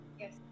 Yes